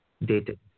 dated